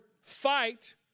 fight